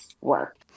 work